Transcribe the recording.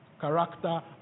character